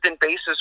basis